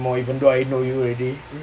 more even though I know you already